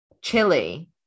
chili